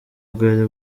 bwari